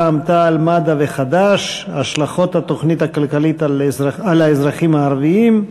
רע"ם-תע"ל-מד"ע וחד"ש: השלכות התוכנית הכלכלית על האזרחים הערבים.